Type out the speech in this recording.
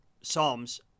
Psalms